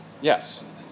Yes